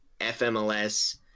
FMLS